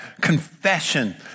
confession